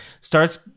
starts